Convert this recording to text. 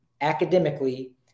academically